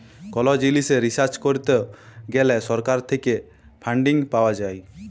call জিলিসে research করত গ্যালে সরকার থেক্যে ফান্ডিং পাওয়া যায়